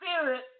spirit